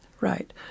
Right